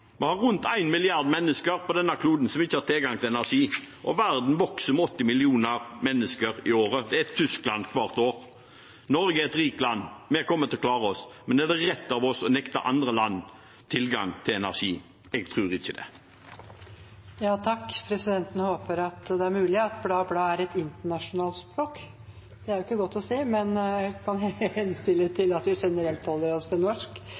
Vi har rundt en milliard mennesker på denne kloden som ikke har tilgang til energi, og verden vokser med 80 millioner mennesker i året. Det er Tyskland hvert år. Norge er et rikt land. Vi kommer til å klare oss. Men er det rett av oss å nekte andre land tilgang til energi? Jeg tror ikke det. Det er mulig at bla-bla er et internasjonalt språk, det er jo ikke godt å si. Men presidenten kan henstille til at vi generelt holder oss til norsk.